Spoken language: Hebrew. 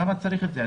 למה צריך את זה?